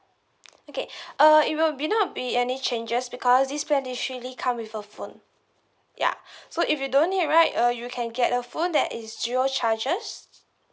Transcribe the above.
okay uh it will be not be any changes because this plan come with a phone ya so if you don't need right uh you can get a phone that is zero charges